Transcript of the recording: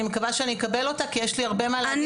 מקווה שאני אקבל אותה כי יש לי הרבה מה להגיד.